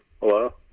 Hello